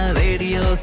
radio